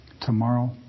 tomorrow